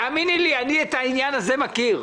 תאמיני לי, אני את העניין הזה מכיר.